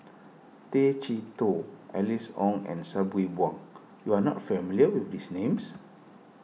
Tay Chee Toh Alice Ong and Sabri Buang you are not familiar with these names